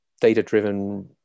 data-driven